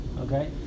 okay